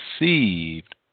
received